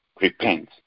repent